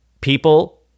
people